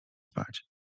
spać